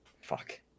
Fuck